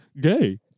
gay